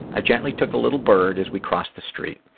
i gently took the little bird as we crossed the street.